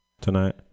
tonight